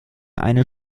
eine